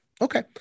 Okay